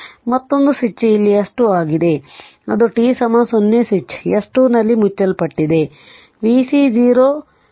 ಮತ್ತೊಂದು ಸ್ವಿಚ್ ಇಲ್ಲಿ S 2 ಆಗಿದೆ ಅದು t 0 ಸ್ವಿಚ್ S 2 ನಲ್ಲಿ ಮುಚ್ಚಲ್ಪಟ್ಟಿದೆ